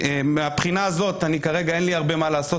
מהבחינה הזאת כרגע אין לי הרבה מה לעשות.